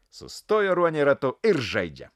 sustojo ruoniai ratu ir žaidžia